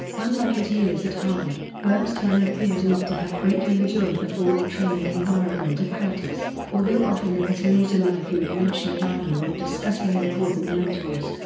unlike his years at harvard, bernstein appears not to have greatly enjoyed the formal training environment of curtis, although often in his later life he would mention reiner when discussing important mentors.